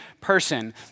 person